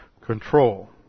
control